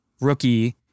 rookie